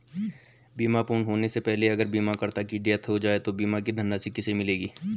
बीमा पूर्ण होने से पहले अगर बीमा करता की डेथ हो जाए तो बीमा की धनराशि किसे मिलेगी?